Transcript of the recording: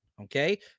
Okay